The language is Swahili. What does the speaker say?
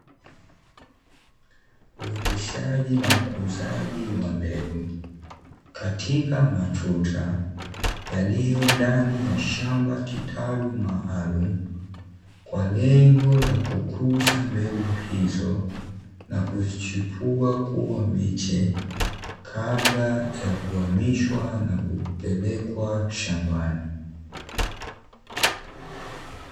Uoteshaji na ukuzaji wa mbegu, katika matuta yaliyo ndani ya shamba kitalu maalumu, kwa lengo la kukuza mbegu hizo na kuzichipua kuwa miche, kabla ya kuhamishwa na kupelekwa shambani.